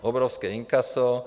Obrovské inkaso.